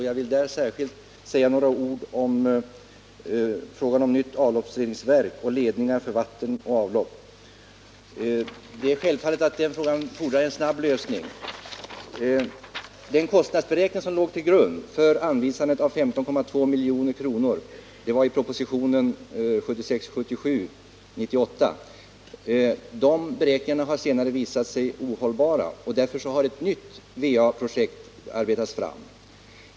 Jag vill på den punkten säga några ord när det gäller nytt avloppsreningsverk och ledningar för vatten och avlopp. Självfallet fordrar den frågan en snabb lösning. Den kostnadsberäkning som i propositionen 1976/77:98 låg till grund för anvisandet av 15,2 milj.kr. har senare visat sig ohållbar. Därför har ett nytt va-projekt arbetats fram.